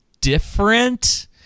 different